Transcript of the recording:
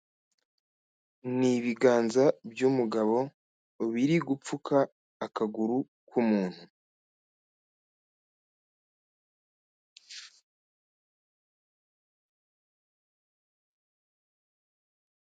Ni ibiganza by'umugabo, biri gupfuka akaguru k'umuntu.